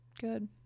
Good